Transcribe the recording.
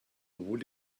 obwohl